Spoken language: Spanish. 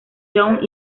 young